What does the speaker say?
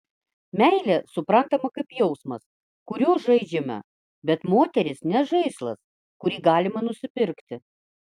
meilė suprantama kaip jausmas kuriuo žaidžiama bet moteris ne žaislas kurį galima nusipirkti